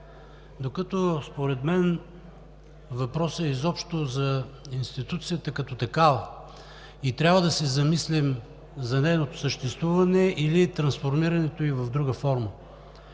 докато според мен въпросът е изобщо за институцията като такава. Трябва да се замислим за нейното съществуване или трансформирането ѝ в друга форма.